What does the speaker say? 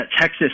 Texas